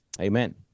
amen